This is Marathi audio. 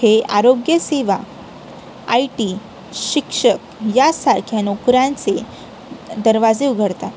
हे आरोग्य सेवा आय टी शिक्षक यासारख्या नोकऱ्यांचे दरवाजे उघडतात